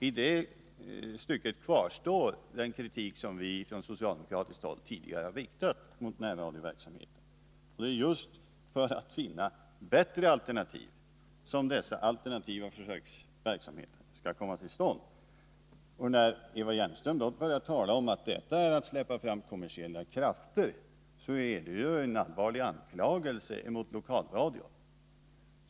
I det stycket kvarstår den kritik som vi från socialdemokratiskt håll tidigare har riktat mot närradioverksamheten. 193 När Eva Hjelmström börjar tala om att vårt förslag innebär att man släpper fram kommersiella krafter är det en allvarlig anklagelse mot lokalradion.